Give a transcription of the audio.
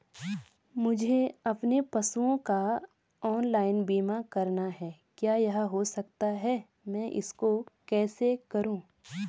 मुझे अपने पशुओं का ऑनलाइन बीमा करना है क्या यह हो सकता है मैं इसको कैसे करूँ?